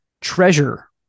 treasure